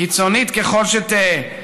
קיצונית ככל שתהא.